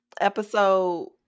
Episode